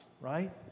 right